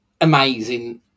amazing